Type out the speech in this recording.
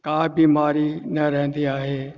का बीमारी न रहंदी आहे